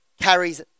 carries